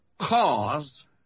cause